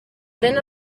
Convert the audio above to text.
pren